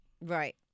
Right